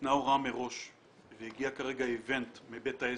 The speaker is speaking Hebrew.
ניתנה הוראה מראש והגיע כרגע איוונט מבית העסק,